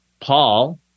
Paul